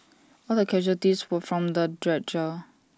all the casualties were from the dredger